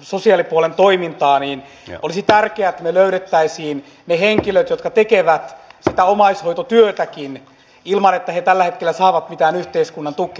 sosiaalipuolen toimintaa olisi tärkeää että me löytäisimme ne henkilöt jotka tekevät sitä omaishoitotyötäkin ilman että he tällä hetkellä saavat mitään yhteiskunnan tukea